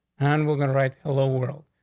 and we're going to write the little world.